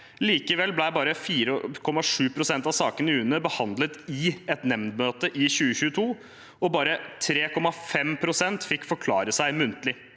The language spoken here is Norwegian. Likevel ble bare 4,7 pst. av sakene i UNE behandlet i et nemndmøte i 2022, og bare 3,5 pst. fikk forklare seg muntlig.